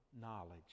Knowledge